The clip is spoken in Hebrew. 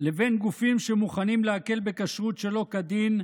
לבין גופים שמוכנים להקל בכשרות שלא כדין,